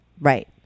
Right